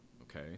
okay